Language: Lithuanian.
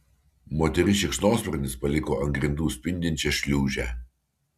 moteris šikšnosparnis paliko ant grindų spindinčią šliūžę